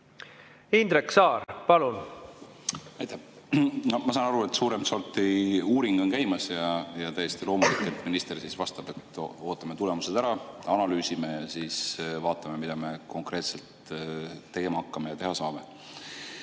Indrek Saar, palun! Aitäh! Ma saan aru, et suuremat sorti uuring on käimas. Ja on täiesti loomulik, et minister vastab, et ootame tulemused ära, analüüsime ja vaatame, mida me konkreetselt tegema hakkame ja teha saame.